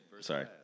Sorry